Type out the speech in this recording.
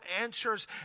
answers